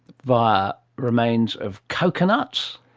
via remains of coconuts,